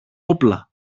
όπλα